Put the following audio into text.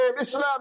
Islam